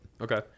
Okay